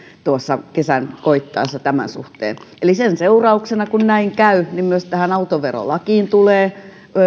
tuossa kesän koittaessa eli sen seurauksena kun näin käy myös tähän autoverolakiin tulee